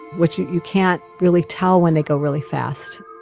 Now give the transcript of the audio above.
which you you can't really tell when they go really fast